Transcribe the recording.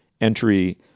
Entry